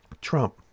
Trump